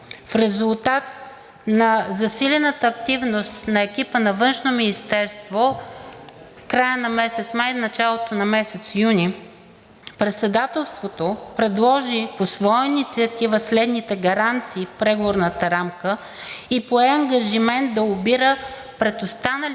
В резултат на засилената активност на екипа на Външно министерство в края на месец май и началото на месец юни Председателството предложи по своя инициатива следните гаранции в преговорната рамка и пое ангажимент да лобира пред останалите